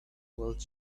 while